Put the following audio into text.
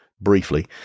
briefly